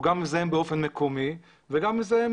הוא גם מזהם באופן מקומי, וגם מזהם